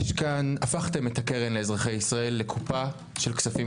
הפכתם את הקרן לאזרחי ישראל לקופה של כספים